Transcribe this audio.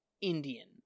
Indian